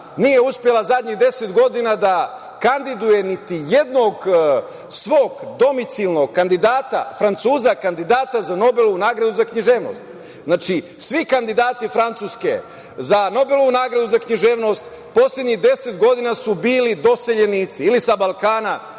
nije uspela zadnjih deset godina da kandiduje niti jednog svog domicijalnog kandidata, Francuza kandidata za Nobelovu nagradu za književnost. Znači, svi kandidati Francuske za Nobelovu nagradu za književnost poslednjih 10 godina su bili doseljenici ili sa Balkana,